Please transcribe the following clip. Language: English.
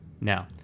Now